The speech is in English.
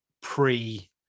pre